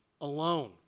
alone